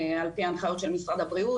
על פי ההנחיות של משרד הבריאות,